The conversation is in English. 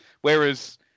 whereas